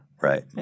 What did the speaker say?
Right